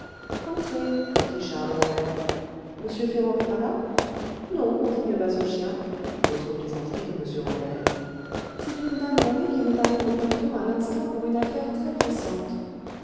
entrez dit charles robert m ferrand n'est pas là non mon digne basochien autre plaisanterie de m robert c'est une dame voilée qui veut parler au patron à l'instant pour une affaire